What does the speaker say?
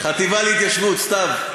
החטיבה להתיישבות, סתיו.